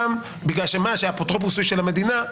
גם בגלל שהאפוטרופוס הוא של המדינה.